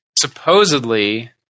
Supposedly